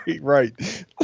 right